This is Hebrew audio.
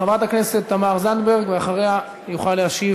חברת הכנסת תמר זנדברג, ואחריה יוכל להשיב